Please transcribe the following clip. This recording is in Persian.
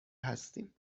هستیم